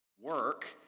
work